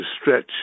stretch